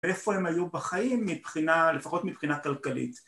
איפה הם היו בחיים מבחינה, לפחות מבחינה כלכלית